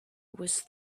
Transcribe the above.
was